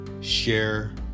share